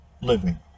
living